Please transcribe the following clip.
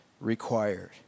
required